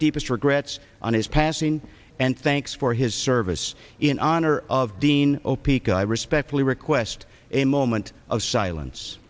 deepest regrets on his passing and thanks for his service in honor of dean o p could i respectfully request a moment of silence